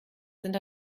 sind